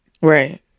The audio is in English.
Right